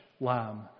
lamb